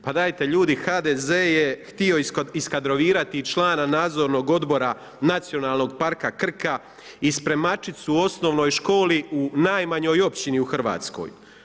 Pa dajte ljudi, HDZ je htio iskadrovirati i člana Nadzornog odbora Nacionalnog parka Krka i spremačicu u osnovnoj školi u najmanjoj općini u Hrvatskoj.